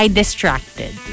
distracted